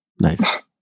Nice